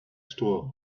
stall